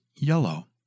yellow